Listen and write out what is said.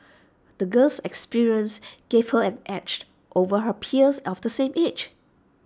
the girl's experiences gave her an edged over her peers of the same age